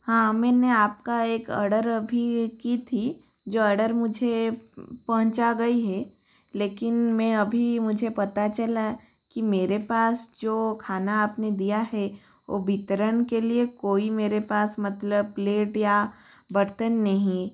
हाँ मैने आपका एक ओर्डर अभी कि थी जो ओर्डर मुझे पहुँचा गई हैं लेकिन मैं अभी मुझे पता चला की मेरे पास जो खाना आपने दिया हैं वो वितरण के लिए कोई मेरे पास मतलब प्लेट या बर्तन नहीं